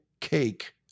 Cake